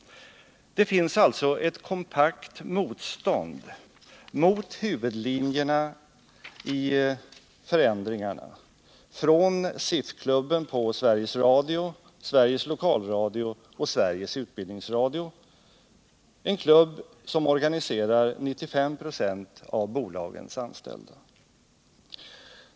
Det finns nämligen ett kompakt motstånd mot huvudlinjerna i förändringarna från SIF-klubben på Sveriges Radio, Sveriges Lokalradio och Sveriges Utbildningsradio—en klubb som organiserar 95 96 av bolagens anställda.